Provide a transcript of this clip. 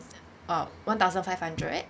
uh one thousand five hundred